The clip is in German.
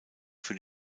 für